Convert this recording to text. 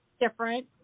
different